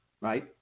right